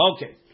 Okay